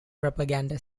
propaganda